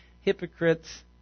hypocrites